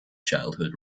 childhood